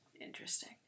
Interesting